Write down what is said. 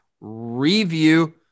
review